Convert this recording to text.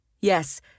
Yes